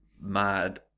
mad